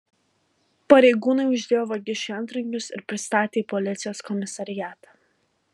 pareigūnai uždėjo vagišiui antrankius ir pristatė į policijos komisariatą